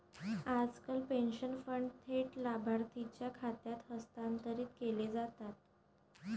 आजकाल pension fund थेट लाभार्थीच्या खात्यात हस्तांतरित केले जातात